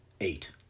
Eight